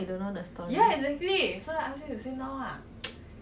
I wanted to join netball cause of 我